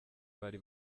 bari